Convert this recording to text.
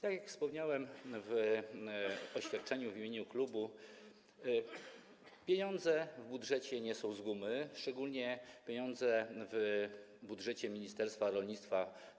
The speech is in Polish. Tak jak wspomniałem w oświadczeniu w imieniu klubu, pieniądze w budżecie nie są z gumy, szczególnie pieniądze w budżecie ministerstwa rolnictwa.